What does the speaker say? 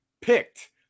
picked